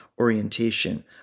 orientation